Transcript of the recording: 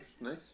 nice